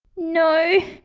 no,